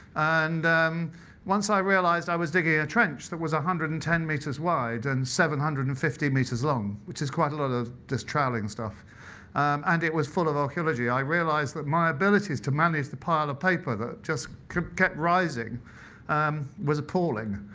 and once i realized i was digging a trench that was one hundred and ten meters wide and seven hundred and fifty meters long which is quite a lot of this troweling stuff and it was full of archeology, i realized that my abilities to manage the pile of paper that just kept kept rising um was appalling.